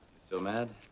still mad?